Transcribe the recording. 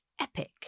epic